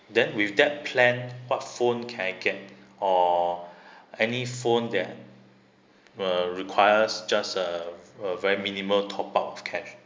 then with that plan what phone can I get or any phone that were requires just a uh very minimal top up of cash